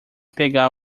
pegar